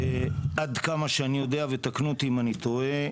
עד כמה שאני יודע, ותקנו אותי אם אני טועה,